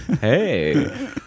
Hey